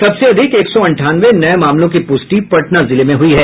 सबसे अधिक एक सौ अंठानवे नये मामलों की पुष्टि पटना जिले में हुई है